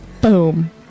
Boom